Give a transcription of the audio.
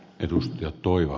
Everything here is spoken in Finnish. arvoisa puhemies